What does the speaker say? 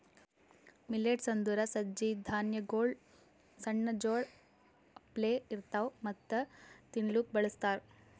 millets ಅಂದುರ್ ಸಜ್ಜಿ ಧಾನ್ಯಗೊಳ್ ಸಣ್ಣ ಜೋಳ ಅಪ್ಲೆ ಇರ್ತವಾ ಮತ್ತ ತಿನ್ಲೂಕ್ ಬಳಸ್ತಾರ್